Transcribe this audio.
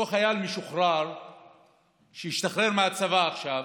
אותו חייל משוחרר שהשתחרר מהצבא עכשיו,